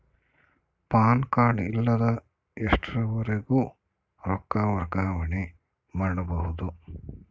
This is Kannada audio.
ಪ್ಯಾನ್ ಕಾರ್ಡ್ ಇಲ್ಲದ ಎಷ್ಟರವರೆಗೂ ರೊಕ್ಕ ವರ್ಗಾವಣೆ ಮಾಡಬಹುದು?